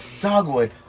Dogwood